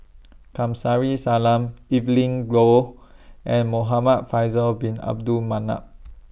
Kamsari Salam Evelyn glow and Muhamad Faisal Bin Abdul Manap